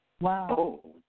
Wow